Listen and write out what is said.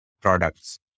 products